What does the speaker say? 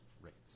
rates